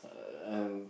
uh